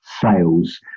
sales